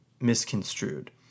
misconstrued